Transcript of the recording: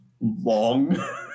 long